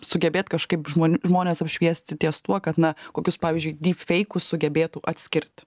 sugebėt kažkaip žmon žmones apšviesti ties tuo kad na kokius pavyzdžiui dypfeikus sugebėtų atskirt